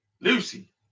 Lucy